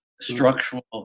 structural